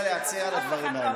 אני מסורתית, אנחנו לא אנשים אחרים.